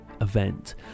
event